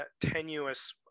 tenuous